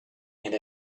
and